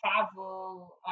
travel